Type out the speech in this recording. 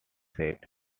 said